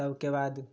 तबके बाद